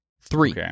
Three